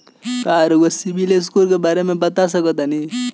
का रउआ CIBIL score के बारे में बता सकतानी?